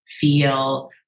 feel